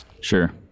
Sure